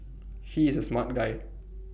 he is A smart guy